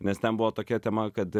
nes ten buvo tokia tema kad